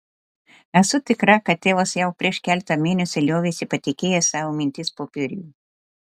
esu tikra kad tėvas jau prieš keletą mėnesių liovėsi patikėjęs savo mintis popieriui